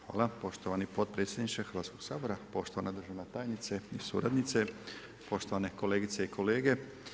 Hvala poštovani potpredsjedniče Hrvatskog sabora, poštovana državna tajnice i suradnice, poštovane kolegice i kolege.